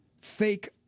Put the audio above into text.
fake